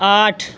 آٹھ